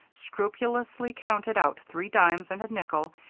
scrupulously counted out three dimes and a nickel,